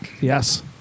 Yes